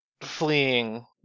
fleeing